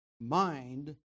mind